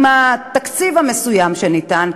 עם התקציב המסוים שניתן,